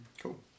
Cool